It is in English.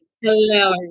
hello